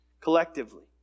Collectively